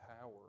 power